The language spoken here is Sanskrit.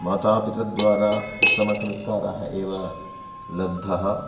मातापितृद्वारा उत्तमसंस्कारः एव लब्धः